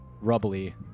rubbly